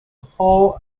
whole